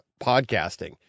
podcasting